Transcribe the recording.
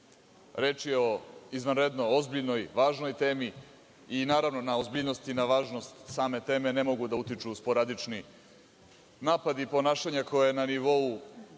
je o izvanredno ozbiljnoj, važnoj temi i naravno na ozbiljnost i na važnost same teme ne mogu da utiču sporadični napadi i ponašanje koje je na nivou